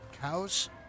cows